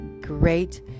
great